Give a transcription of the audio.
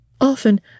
often